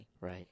right